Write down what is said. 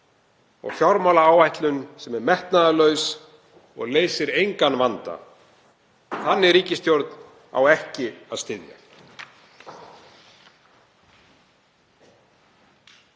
og fjármálaáætlun sem er metnaðarlaus og leysir engan vanda. Þannig ríkisstjórn á ekki að styðja.